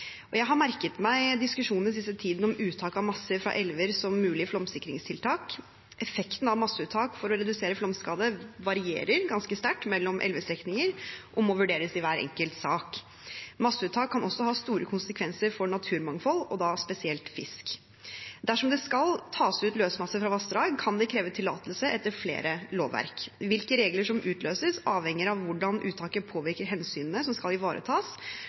Jeg har merket meg diskusjonen i den siste tiden om uttak av masser fra elver som et mulig flomsikringstiltak. Effekten av masseuttak for å redusere flomskade varierer ganske sterkt mellom elvestrekninger og må vurderes i hver enkelt sak. Masseuttak kan også ha store konsekvenser for naturmangfoldet, og da spesielt for fisk. Dersom det skal tas ut løsmasser fra vassdrag, kan det kreves tillatelse etter flere lovverk. Hvilke regler som utløses, avhenger av hvordan uttaket påvirker hensynene som skal ivaretas,